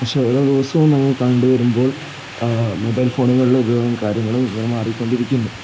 പക്ഷേ ഓരോ ദിവസവും ഞങ്ങൾ കണ്ടുവരുമ്പോൾ മൊബൈൽ ഫോണുകളിലെ ഉപയോഗവും കാര്യങ്ങളും ഇങ്ങനെ മാറിക്കൊണ്ടിരിക്കുന്നു